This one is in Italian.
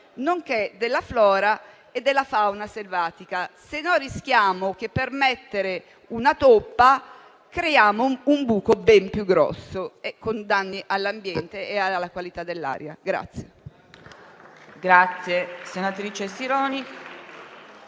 nonché della flora e della fauna selvatica. Si rischia altrimenti che, per mettere una toppa, si crea un buco ben più grosso, con danni all'ambiente e alla qualità dell'aria.